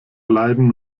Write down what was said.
bleiben